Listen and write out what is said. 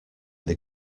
they